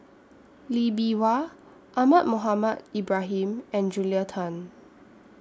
Lee Bee Wah Ahmad Mohamed Ibrahim and Julia Tan